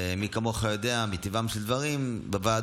ומי כמוך יודע מה טבעם של דברים בוועדות